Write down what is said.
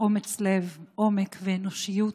אומץ לב, עומק ואנושיות,